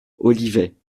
olivet